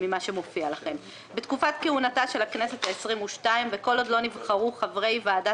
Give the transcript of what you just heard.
(הישיבה נפסקה בשעה 12:10 ונתחדשה בשעה